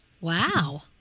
wow